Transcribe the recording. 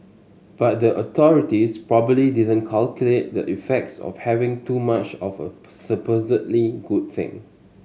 but the authorities probably didn't calculate the effects of having too much of a supposedly good thing